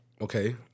Okay